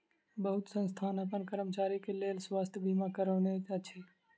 बहुत संस्थान अपन कर्मचारी के लेल स्वास्थ बीमा करौने अछि